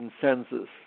consensus